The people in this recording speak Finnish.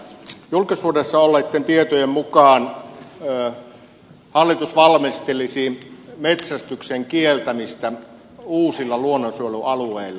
julkisuudessa olleitten tietojen mukaan hallitus valmistelisi metsästyksen kieltämistä uusilla luonnonsuojelualueilla